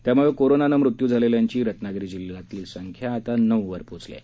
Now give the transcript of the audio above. त्यामुळे कोरोनामुळे मृत्यू झालेल्यांची रत्नागिरी जिल्ह्यातली संख्या आता नऊ झाली आहे